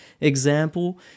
example